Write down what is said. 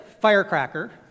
firecracker